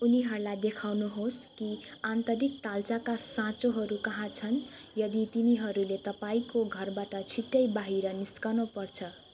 उनीहरूलाई देखाउनु होस् कि आन्तरिक ताल्चाका साँचोहरू कहाँ छन् यदि तिनीहरूले तपाईँको घरबाट छिट्टै बाहिर निस्कनु पर्छ